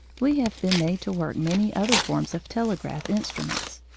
we have been made to work many other forms of telegraph instruments.